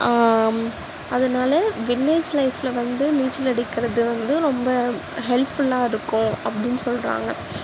அதனால வில்லேஜ் லைஃபில் வந்து நீச்சல் அடிக்கிறது வந்து ரொம்ப ஹெல்ஃபுல்லாக இருக்கும் அப்படின்னு சொல்கிறாங்க